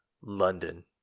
London